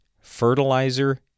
fertilizer